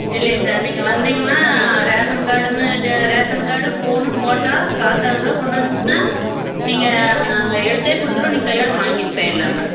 இல்லீங்க சார் நீங்கள் வந்திங்கன்னா ration card ration card phone photo காசு அறுபதுருவா கொண்டாந்திங்கன்னா நீங்கள் நாங்கள் எடுத்தே கொடுத்துருவோம் நீங்கள் கையோடயே வாங்கிட்டு போயிடலாங்க